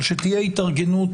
אבל שתהיה התארגנות